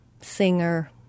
singer